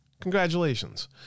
Congratulations